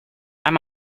i’m